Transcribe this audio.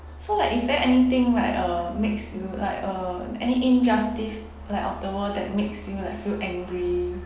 so like is there anything like uh makes you like uh any injustice like of the world that makes you like feel angry